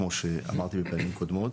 כמו שאמרתי בפעמים קודמות,